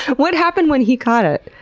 what happened when he caught it?